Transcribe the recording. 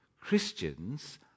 Christians